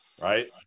Right